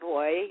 Boy